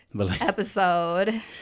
episode